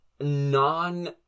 non